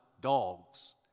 dogs